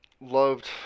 loved